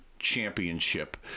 championship